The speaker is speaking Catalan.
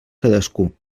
cadascú